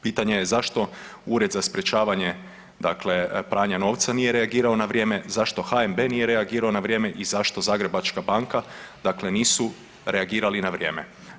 Pitanje je zašto Ured za sprečavanje pranja novca nije reagirao na vrijeme, zašto HNB nije reagirao na vrijeme i zašto Zagrebačka banka nisu reagirali na vrijeme?